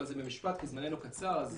אבל זה במשפט כי זמננו קצר,